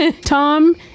Tom